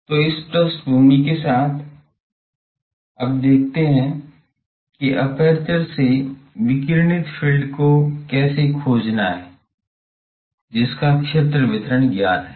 तो इस पृष्ठभूमि के साथ अब देखते हैं कि एपर्चर से विकिरणित फ़ील्ड को कैसे खोजना है जिसका क्षेत्र वितरण ज्ञात है